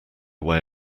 way